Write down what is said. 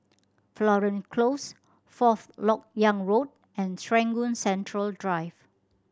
Florence Close Fourth Lok Yang Road and Serangoon Central Drive